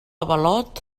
avalot